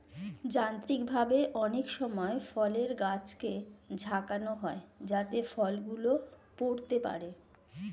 যান্ত্রিকভাবে অনেক সময় ফলের গাছকে ঝাঁকানো হয় যাতে ফল গুলো পড়তে পারে